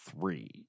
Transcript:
three